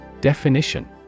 Definition